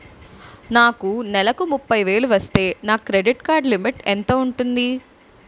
నాకు నెలకు ముప్పై వేలు వస్తే నా క్రెడిట్ కార్డ్ లిమిట్ ఎంత ఉంటాది?